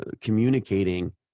communicating